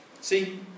See